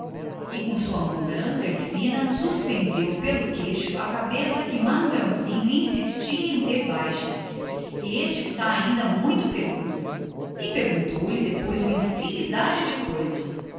e com a sua mão branca e fina suspendeu lhe pelo queixo a cabeça que manuelzinho insistia em ter baixa este ainda está muito peludo acrescentou e perguntou-lhe depois uma porção de coisas